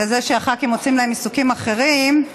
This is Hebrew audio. וזה שהח"כים מוצאים להם עיסוקים אחרים,